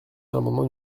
l’amendement